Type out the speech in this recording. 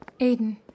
Aiden